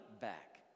back